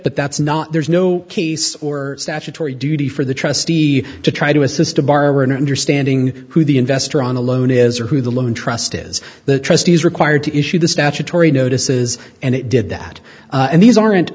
but that's not there's no case or statutory duty for the trustee to try to assist a borrower and understanding who the investor on the loan is or who the loan trust is the trustees required to issue the statutory notices and it did that and these aren't